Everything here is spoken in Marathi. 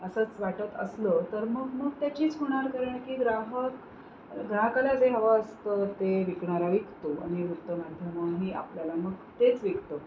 असंच वाटत असलं तर मग मग त्याचीच होणार कारण की ग्राहक ग्राहकाला जे हवं असतं ते विकणारा विकतो आणि वृत्तमाध्यमंही आपल्याला मग तेच विकतो